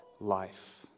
life